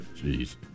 Jeez